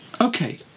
Okay